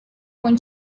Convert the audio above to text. con